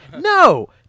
No